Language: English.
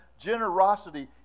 generosity